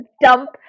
dump